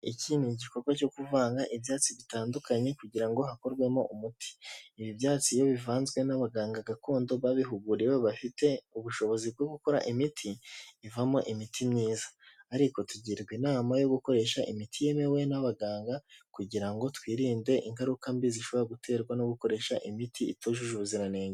Iki ni igikorwa cyo kuvanga ibyatsi bitandukanye kugira ngo hakorwemo umuti. Ibi byatsi iyo bivanzwe n'abaganga gakondo babihuguriwe bafite ubushobozi bwo gukora imiti, bivamo imiti myiza, ariko tugirwa inama yo gukoresha imiti yemewe n'abaganga kugira ngo twirinde ingaruka mbi zishobora guterwa no gukoresha imiti itujuje ubuziranenge.